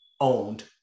owned